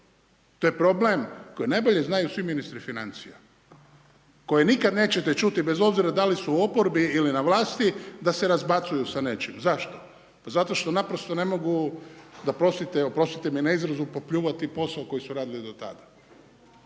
To je problem koji najbolje znaju svi ministri financija. Koje nikada nećete ćuti bez obzira da li su u oporbi ili su na vlasti, da se razbacuju sa nečim, zašto? Pa zato što naprosto ne mogu, da prostite, oprostite mi na izrazu, popljuvati posao koji su radili do tada.